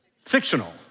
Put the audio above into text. fictional